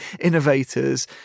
innovators